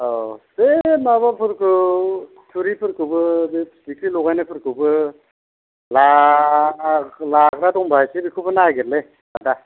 औ बे माबाफोरखौ थुरिफोरखौबो बे फिथिख्रि लगायनायफोरखौबो ला लाग्रा दंबा एसे बेखौबो नागिरोलै आदा